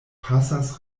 pasas